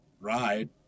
ride